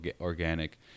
organic